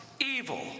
evil